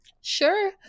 sure